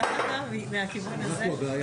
צוהריים